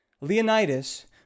Leonidas